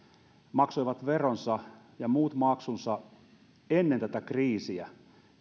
maksoivat veronsa ja muut maksunsa ennen tätä kriisiä